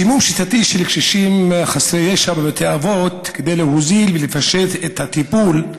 סימום שיטתי של קשישים חסרי ישע בבתי אבות כדי להוזיל ולפשט את הטיפול,